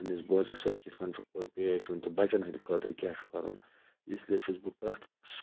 پَننِس بٲژَس سۭتۍ کِتھ کنۍ چھُ پیش یُن تہٕ بَچَن ہٕنٛدٕ خٲطرٕ کیاہ چھُ کَرُن اِسلیے چھُس بہٕ پرٛٮ۪تھ